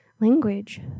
language